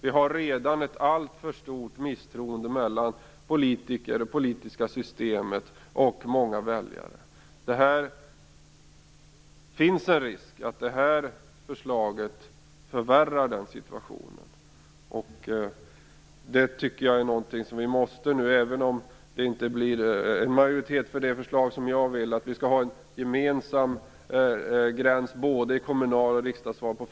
Det finns redan ett alltför stort misstroende mellan politiker, det politiska systemet och många väljare. Det finns en risk för att det här förslaget förvärrar den situationen. Det tycker jag att vi måste uppmärksamma, även om det inte blir som jag vill. Jag tycker att det skall gå en gräns vid 5 % för personval som är gemensam för både kommunalval och riksdagsval.